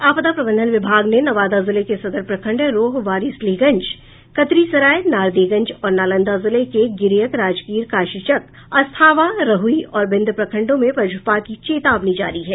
आपदा प्रबंधन विभाग ने नवादा जिले के सदर प्रखंड रोह वारिसलीगंज कतरीसराय नारदीगंज और नालंदा जिले के गिरियक राजगीर काशीचक अस्थावां रहुई और बिंद प्रखंडों में वज्रपात की चेतावनी जारी है